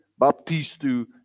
baptistu